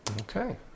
Okay